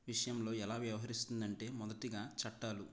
విషయంలో ఎలా వ్యవహరిస్తుందంటే మొదటిగా చట్టాలు